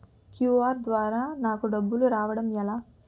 QR ద్వారా నాకు డబ్బులు రావడం ఎలా?